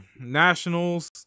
Nationals